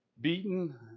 beaten